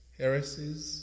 heresies